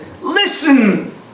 listen